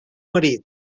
marit